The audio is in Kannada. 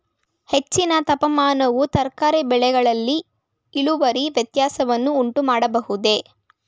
ಹೆಚ್ಚಿನ ತಾಪಮಾನವು ತರಕಾರಿ ಬೆಳೆಗಳಲ್ಲಿ ಇಳುವರಿ ವ್ಯತ್ಯಾಸವನ್ನು ಉಂಟುಮಾಡಬಹುದೇ?